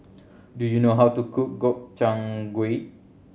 do you know how to cook Gobchang Gui